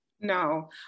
No